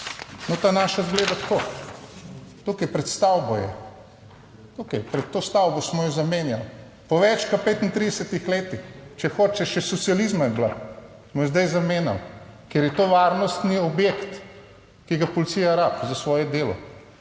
ta naša izgleda tako, tukaj pred stavbo je, tukaj pred to stavbo smo jo zamenjali po več kot 35. letih, če hočete še socializma je bila, smo jo zdaj zamenjali, ker je to varnostni objekt, ki ga policija rabi za svoje delo,